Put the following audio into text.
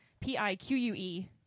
P-I-Q-U-E